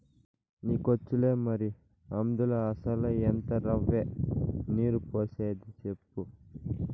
నీకొచ్చులే మరి, అందుల అసల ఎంత రవ్వ, నీరు పోసేది సెప్పు